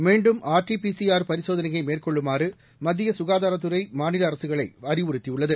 மீண்டும் RT PCR பரிசோதனையை மேற்கொள்ளுமாறு மத்திய சுகாதாரத்துறை மாநில அரசுகளை அறிவுறுத்தியுள்ளது